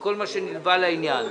וכל מה שנלווה לעניין.